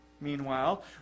meanwhile